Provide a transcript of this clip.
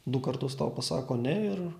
du kartus tau pasako ne ir